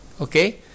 okay